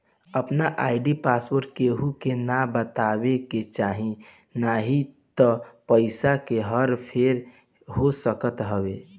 आपन ID password केहू के ना बतावे के चाही नाही त पईसा के हर फेर हो सकत हवे